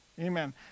Amen